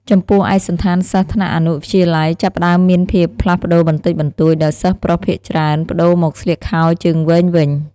ចំពោះឯកសណ្ឋានសិស្សថ្នាក់អនុវិទ្យាល័យ ចាប់ផ្ដើមមានភាពផ្លាស់ប្តូរបន្តិចបន្តួច ដោយសិស្សប្រុសភាគច្រើនប្តូរមកស្លៀកខោជើងវែងវិញ។